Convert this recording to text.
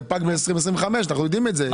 זה פג ב-2025, אנחנו יודעים את זה.